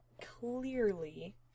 clearly